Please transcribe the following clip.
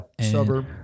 Suburb